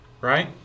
right